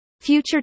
Future